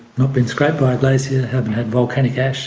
not been scraped by a glacier, haven't had volcanic and